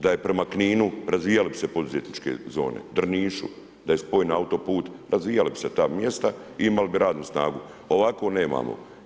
Da je prema Kninu, razvijale bi se poduzetničke zone, Drnišu, da je spoj na autoput, razvijala bi se ta mjesta i imali bi radnu snagu, ovako nemamo.